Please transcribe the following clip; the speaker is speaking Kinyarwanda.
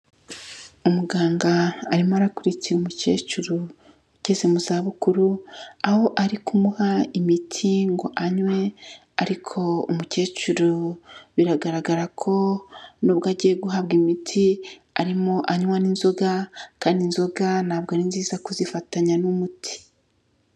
Umuganga arimo arakurikira umukecuru ugeze mu zabukuru, aho ari kumuha imiti ngo anywe ariko umukecuru biragaragara ko n'ubwo agiye guhabwa imiti arimo anywa n'inzoga, kandi inzoga ntabwo ari nziza kuzifatanya n'umuti.